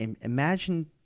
imagine